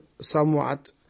somewhat